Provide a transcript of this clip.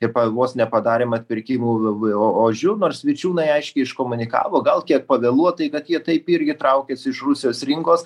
ir vos nepadarėm atpirkimo o o ožiu nors vičiūnai aiškiai iškomunikavo gal kiek pavėluotai kad jie taip irgi traukiasi iš rusijos rinkos